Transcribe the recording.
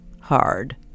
hard